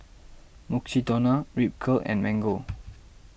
Mukshidonna Ripcurl and Mango